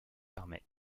permet